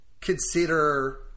consider